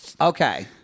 Okay